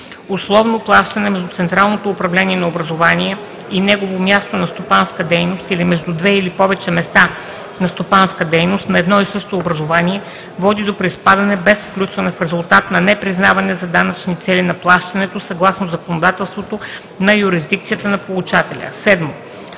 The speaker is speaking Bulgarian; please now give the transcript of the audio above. условно плащане между централното управление на образувание и негово място на стопанска дейност или между две или повече места на стопанска дейност на едно и също образувание води до приспадане без включване в резултат на непризнаване за данъчни цели на плащането съгласно законодателството на юрисдикцията на получателя; 7.